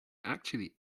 actually